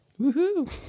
Woohoo